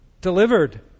delivered